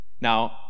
Now